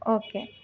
okay